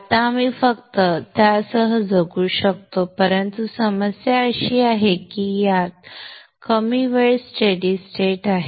आता आपण फक्त त्यासह जगू शकतो परंतु समस्या अशी आहे की यात कमी वेळ स्टेडि स्टेट आहे